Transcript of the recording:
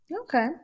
okay